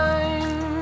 Time